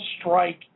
strike